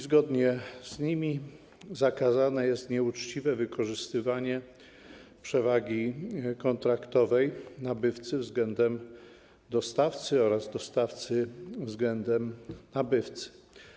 Zgodnie z nimi zakazane jest nieuczciwe wykorzystywanie przewagi kontraktowej nabywcy względem dostawcy oraz dostawcy względem nabywcy.